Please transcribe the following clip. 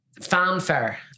Fanfare